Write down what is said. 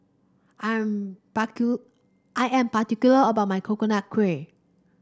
I am I am particular about my Coconut Kuih